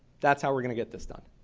that's how we're going to get this done.